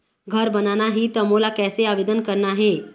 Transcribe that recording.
घर बनाना ही त मोला कैसे आवेदन करना हे?